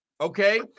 Okay